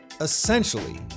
essentially